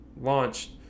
launched